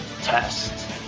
test